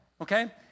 okay